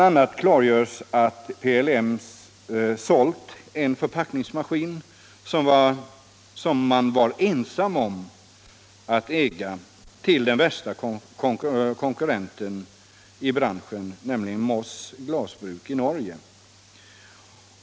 a. klargörs att PLM sålt en förpackningsmaskin, som man var ensam om att äga, till den värsta konkurrenten i branschen, nämligen Moss glasbruk i Norge.